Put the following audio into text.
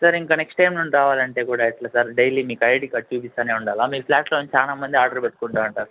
sir ఇంకా next time నుండి రావాలంటే ఎట్లా సార్ డైలీ మీకు ఐడి కార్డ్ చూపిస్తానే ఉండాలా మీరు ఫ్లాట్లో నించి చాలా మంది ఆర్డర్ పెట్టుకుంటూ ఉంటారు